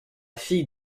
fille